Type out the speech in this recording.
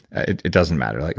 it it doesn't matter. like